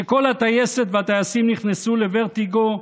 כשכל הטייסת והטייסים נכנסו לוורטיגו,